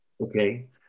okay